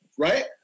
Right